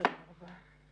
הישיבה ננעלה בשעה 16:00